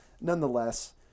nonetheless